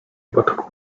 potok